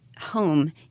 home